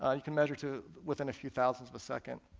ah you could measure to within a few thousandths of a second.